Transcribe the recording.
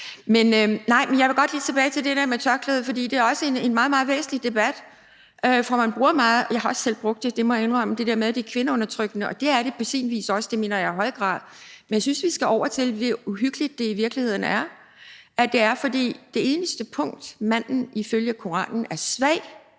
lige tilbage til det der med tørklædet, for det er også en meget, meget væsentlig debat. For man bruger meget – det har jeg også selv brugt, må jeg indrømme – det der med, at det er kvindeundertrykkende. Det er det på sin vis også – det mener jeg i høj grad – men jeg synes, at vi skal over til, hvor uhyggeligt det i virkeligheden er, at det er, fordi det eneste punkt, hvor manden ifølge Koranen er svag